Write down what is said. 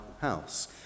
house